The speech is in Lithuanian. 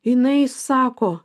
jinai sako